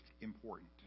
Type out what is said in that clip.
important